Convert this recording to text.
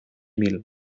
mil